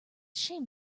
shame